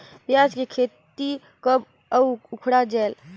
पियाज के खेती कब अउ उखाड़ा जायेल?